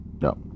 no